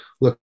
look